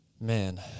Man